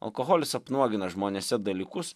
alkoholis apnuogina žmonėse dalykus